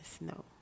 No